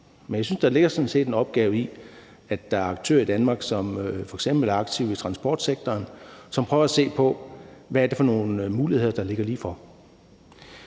sådan set ligger en opgave i, at der er aktører i Danmark, som f.eks. er aktive i transportsektoren, som prøver at se på, hvad det er for nogle muligheder, der ligger ligefor.